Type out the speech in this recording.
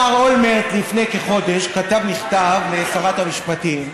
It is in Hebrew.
מר אולמרט לפני כחודש כתב מכתב לשרת המשפטים,